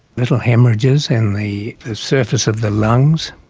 little haemorrhages in the surface of the lungs,